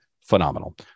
phenomenal